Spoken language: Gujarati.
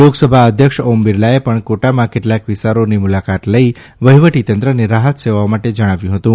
લોકસભા અધ્યક્ષ ઓમ બિરલાએ પણ કોટામાં કેટલાક વિસ્તારોની મુલાકાત લઇ વહીવટીતંત્રને રાહત સેવાઓ માટે જણાવ્યું હતું